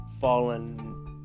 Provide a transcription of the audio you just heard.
fallen